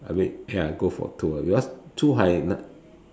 I wait ya go for tour because Zhuhai